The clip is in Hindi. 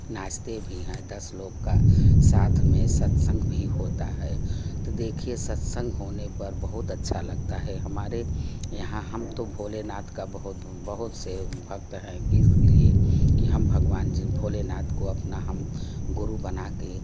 नाचते भी हैँ दस लोग का साथ में सत्संग भी होता है तो देखिए सत्संग होने पर बहुत अच्छा लगता है हमारे यहाँ हम तो भोलेनाथ का बहुत बहुत से भक्त हैँ इसलिए कि भगवान भोलेनाथ को अपना हम गुरु बना कर